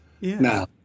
now